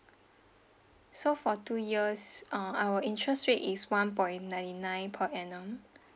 so for two years uh our interest rate is one point nine nine per annum